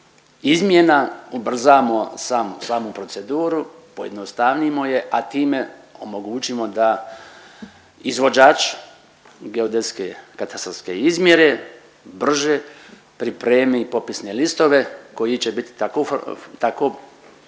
izmjena ubrzamo samu proceduru, pojednostavnimo je, a time omogućimo da izvođač geodetske katastarske izmjere brže pripremi i popisne listove koji će biti tako